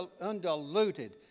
undiluted